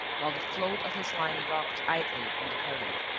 while the float of his line rocked idly on the current.